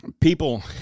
people